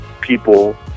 people